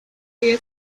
vive